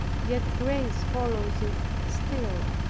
yet grace follows it still.